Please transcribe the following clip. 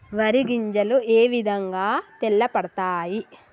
వరి గింజలు ఏ విధంగా తెల్ల పడతాయి?